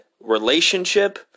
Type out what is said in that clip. relationship